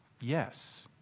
Yes